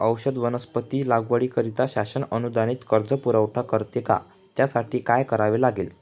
औषधी वनस्पती लागवडीकरिता शासन अनुदानित कर्ज पुरवठा करते का? त्यासाठी काय करावे लागेल?